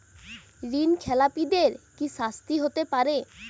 ঋণ খেলাপিদের কি শাস্তি হতে পারে?